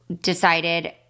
decided